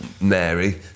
Mary